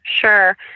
Sure